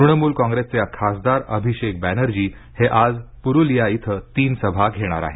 तृणमूल कॉंग्रेसचे खासदार अभिषेक बॅनर्जी हे आज पुरुलिया इथं तीन सभा घेणार आहेत